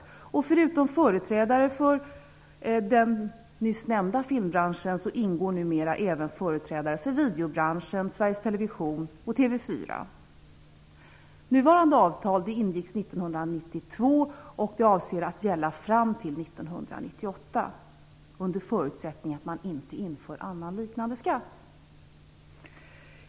Förutom företrädare för den nyss nämnda filmbranschen ingår numera även företrädare för videobranschen, Sveriges Television och TV 4. Nuvarande avtal ingicks 1992, och det avses gälla fram till 1998 - under förutsättning att man inte inför "annan liknande skatt".